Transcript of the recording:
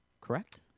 correct